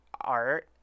art